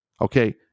Okay